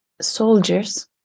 soldiers